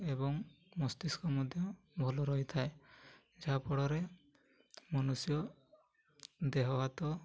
ଏବଂ ମସ୍ତିଷ୍କ ମଧ୍ୟ ଭଲ ରହିଥାଏ ଯାହାଫଳରେ ମନୁଷ୍ୟ ଦେହ ହାତ